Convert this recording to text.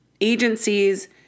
agencies